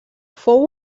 fou